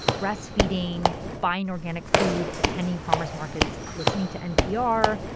breastfeeding, buying organic food, attending farmers markets, listening to npr,